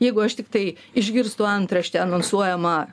jeigu aš tiktai išgirstu antraštę anonsuojamą